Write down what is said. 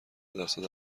درصد